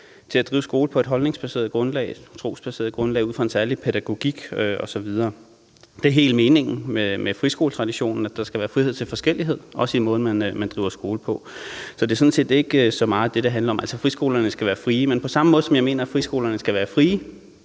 til at drive skole på et holdningsbaseret grundlag eller et trosbaseret grundlag og ud fra en særlig pædagogik osv. Det er hele meningen med friskoletraditionen, at der skal være frihed til forskellighed, også i den måde, man driver skole på. Så det er sådan set ikke så meget det, det handler om. Friskolerne skal være frie. Men på samme måde, som jeg mener at friskolerne skal være frie,